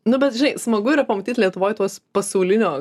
nu bet žinai smagu yra pamatyt lietuvoj tuos pasaulinio